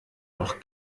noch